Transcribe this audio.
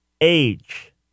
age